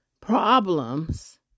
problems